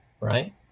right